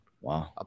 wow